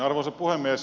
arvoisa puhemies